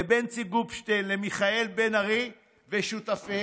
לבנצי גופשטיין, למיכאל בן ארי ושותפיהם